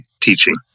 teaching